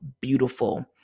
beautiful